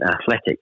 athletic